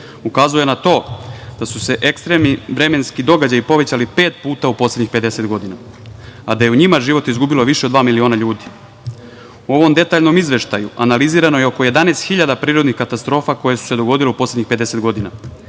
ukazuje na to da su se ekstremni vremenski događaji povećali pet puta u poslednjih 50 godina, a da je u njima život izgubilo više od dva miliona ljudi.U ovom detaljnom izveštaju analizirano je oko 11.000 prirodnih katastrofa koje su se dogodile u poslednjih 50 godina.